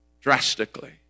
drastically